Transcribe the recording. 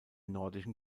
nordischen